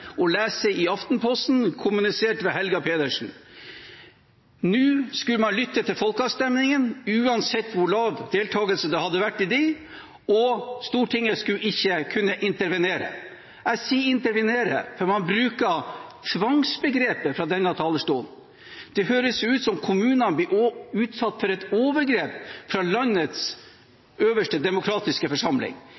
å lese i Aftenposten, kommunisert ved Helga Pedersen. Nå skulle man lytte til folkeavstemningene, uansett hvor lav deltagelse det hadde vært i dem, og Stortinget skulle ikke kunne intervenere. Jeg sier intervenere, for man bruker tvangsbegrepet fra denne talerstolen. Det høres ut som kommunene blir utsatt for et overgrep fra landets